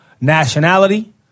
nationality